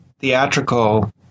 theatrical